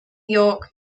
york